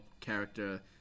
character